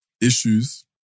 Issues